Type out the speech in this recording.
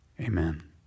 Amen